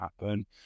happen